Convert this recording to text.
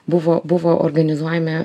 buvo buvo organizuojami